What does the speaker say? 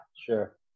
sure